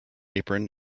apron